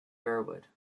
burwood